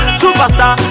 superstar